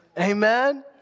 Amen